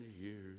years